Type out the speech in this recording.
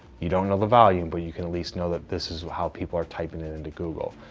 you don't know the volume, but you can at least know that this is how people are typing it into google.